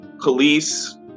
police